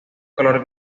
color